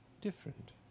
different